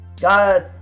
God